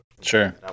Sure